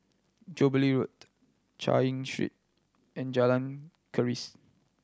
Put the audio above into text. Jubilee Road Chay Yan Street and Jalan Keris